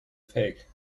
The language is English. fake